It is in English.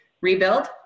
rebuild